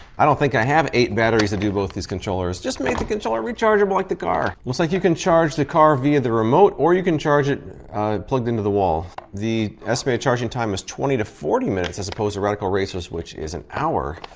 i don't think i have eight batteries to do both these controllers. just make the controller rechargeable like the car. looks like you can charge the car via the remote or you can charge it plugged into the wall. the estimated charging time is twenty to forty minutes as opposed to radical racers which is an hour.